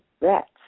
rats